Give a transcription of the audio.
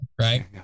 right